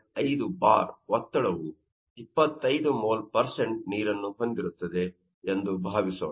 5 bar ಒತ್ತಡವು 25 mole ನೀರನ್ನು ಹೊಂದಿರುತ್ತದೆ ಎಂದು ಭಾವಿಸೋಣ